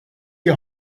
die